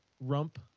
rump